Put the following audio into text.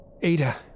Ada